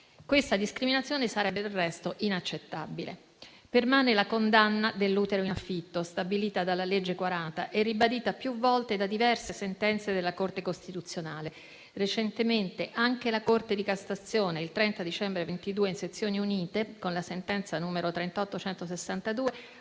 Questa discriminazione sarebbe del resto inaccettabile. Permane la condanna dell'utero in affitto stabilita dalla legge n. 40 del 2004 e ribadita più volte da diverse sentenze della Corte costituzionale. Recentemente anche la Corte di cassazione, il 30 dicembre 2022, a sezioni unite, con la sentenza n. 38162